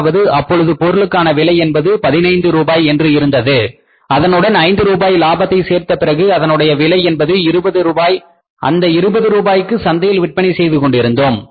அதாவது அப்பொழுது பொருளுக்கான விலை என்பது பதினைந்து ரூபாய் என்று இருந்தது அதனுடன் ஐந்து ரூபாய் லாபத்தை சேர்த்த பிறகு அதனுடைய விலை என்பது இருபது ரூபாய் அந்த இருபது ரூபாய்க்கு சந்தையில் விற்பனை செய்துகொண்டிருந்தோம்